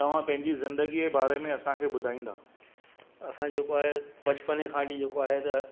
तव्हां पंहिंजी ज़िंदगीअ जे बारे में असांखे ॿुधाईंदा असां जेको आहे बचपन खां वठी जेको आहे त